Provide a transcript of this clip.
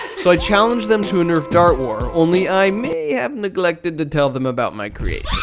so i challenged them to a nerf dart war. only, i may have neglected to tell them about my creation.